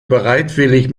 bereitwillig